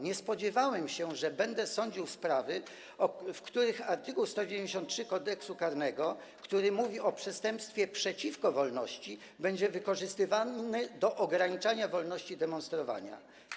Nie spodziewałem się, że będę sądził w sprawach, w których art. 193 Kodeksu karnego, który mówi o przestępstwie przeciwko wolności, będzie wykorzystywany do ograniczania wolności demonstrowania.